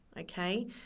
Okay